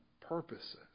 purposes